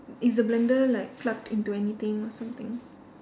is the blender like plugged into anything or something